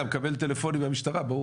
אלא מקבל טלפונים מהמשטרה "בואו,